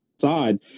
side